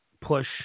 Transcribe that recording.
push